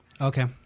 Okay